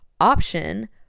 option